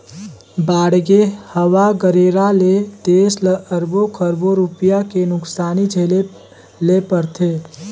बाड़गे, हवा गरेरा ले देस ल अरबो खरबो रूपिया के नुकसानी झेले ले परथे